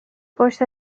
پشت